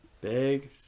Big